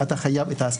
ההגנה החוקתית על שוויון,